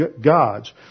gods